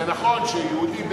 זה נכון שיהודי בן,